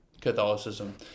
Catholicism